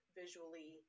visually